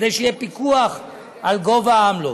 כדי שיהיה פיקוח על גובה העמלות.